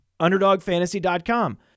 UnderdogFantasy.com